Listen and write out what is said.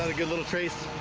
ah good little trace